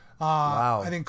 Wow